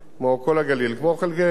כמו כל חלקי הארץ,